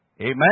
Amen